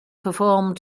performed